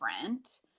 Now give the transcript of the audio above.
different